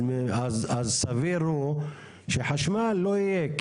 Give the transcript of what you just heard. אז סביר הוא שחשמל לא יהיה.